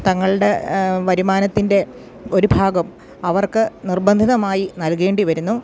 തങ്ങളുടെ വരുമാനത്തിൻ്റെ ഒരു ഭാഗം അവർക്ക് നിർബന്ധിതമായി നൽകേണ്ടിവരുന്നു